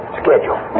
schedule